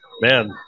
Man